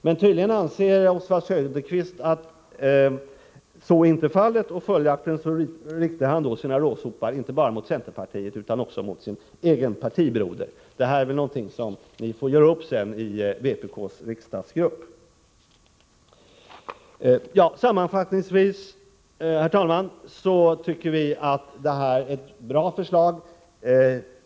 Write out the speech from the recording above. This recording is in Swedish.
Men tydligen anser Oswald Söderqvist att så inte är fallet. Följaktligen riktar han sina råsopar inte bara mot centerpartiet utan också mot sin egen partibroder. Detta får ni senare göra upp i vpk:s riksdagsgrupp. Sammanfattningsvis, herr talman, tycker vi att regeringens förslag är bra.